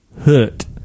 hurt